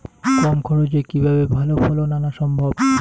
কম খরচে কিভাবে ভালো ফলন আনা সম্ভব?